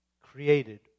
created